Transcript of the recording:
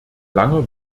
langer